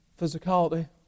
physicality